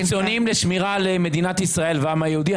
קיצונים בשמירה על מדינת ישראל והעם היהודי.